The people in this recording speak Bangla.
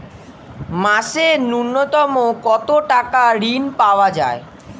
মাসে নূন্যতম কত টাকা ঋণ পাওয়া য়ায়?